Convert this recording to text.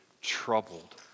troubled